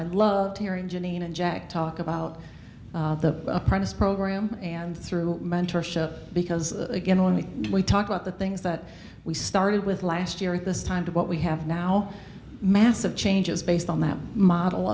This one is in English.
i'd love to hear you janine and jack talk about the apprentice program and through mentorship because again we we talk about the things that we started with last year at this time to what we have now massive changes based on that model